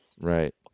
Right